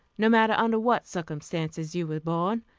no matter under what circumstances you were born,